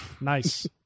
Nice